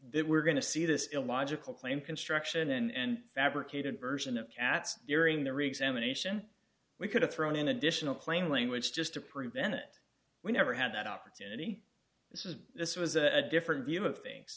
they were going to see this illogical claim construction and fabricated version of cats during their examination we could have thrown in additional plain language just to prevent it we never had that opportunity this is this was a different view of things